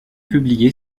publié